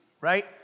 Right